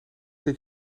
dat